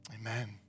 Amen